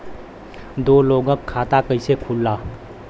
दो लोगक खाता कइसे खुल्ला?